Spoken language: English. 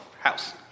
house